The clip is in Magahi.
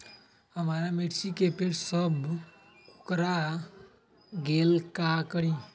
हमारा मिर्ची के पेड़ सब कोकरा गेल का करी?